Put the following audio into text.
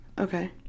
Okay